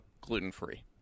Gluten-free